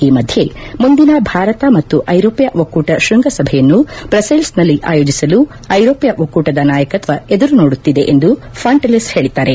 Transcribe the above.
ಈ ಮಧ್ಯೆ ಮುಂದಿನ ಭಾರತ ಮತ್ತು ಐರೋಪ್ಯ ಒಕ್ಕೊಟ ಶ್ವಂಗಸಭೆಯನ್ನು ಬ್ರಸೆಲ್ಸ್ನಲ್ಲಿ ಆಯೋಜಿಸಲು ಐರೋಪ್ಯ ಒಕ್ಕೂಟದ ನಾಯಕತ್ವ ಎದುರು ನೋಡುತ್ತಿದೆ ಎಂದು ಫಾಂಟೆಲ್ಲೆಸ್ ಹೇಳಿದ್ದಾರೆ